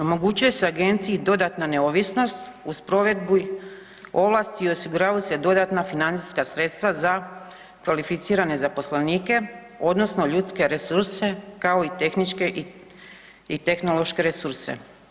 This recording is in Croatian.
Omogućuje se agenciji dodatna neovisnost uz provedbu ovlasti osiguravaju se dodatna financijska sredstva za kvalificirane zaposlenike odnosno ljudske resurse kao i tehničke i tehnološke resurse.